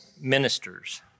ministers